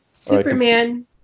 Superman